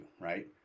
right